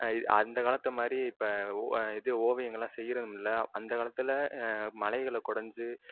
அந்த காலத்து மாதிரி இப்போ இது ஓவியங்களெலாம் செய்யறதுமில்லை அந்தக்காலத்தில் மலைகளை குடஞ்சு